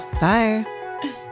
Bye